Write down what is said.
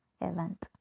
event